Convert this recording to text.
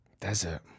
Desert